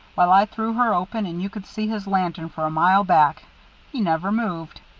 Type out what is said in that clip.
while i threw her open, and you could see his lantern for a mile back he never moved.